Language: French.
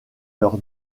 leur